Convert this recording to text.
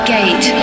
Gate